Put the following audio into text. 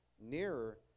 nearer